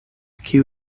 kiu